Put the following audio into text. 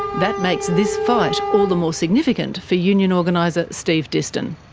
that makes this fight all the more significant for union organiser steve diston.